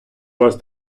вас